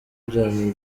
byanyu